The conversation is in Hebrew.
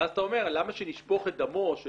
ואז אתה אומר למה שנשפוך את דמו של